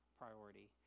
priority